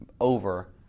over